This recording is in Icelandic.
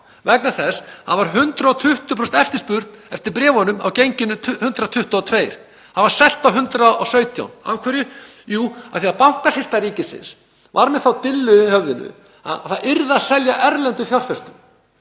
vegna þess að það var 120% eftirspurn eftir bréfunum á genginu 122. Það var selt á 117. Af hverju? Jú, af því að Bankasýsla ríkisins var með þá dillu í höfðinu að það yrði að selja erlendum fjárfestum.